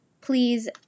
Please